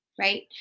Right